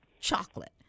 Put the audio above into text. chocolate